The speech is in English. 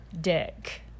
dick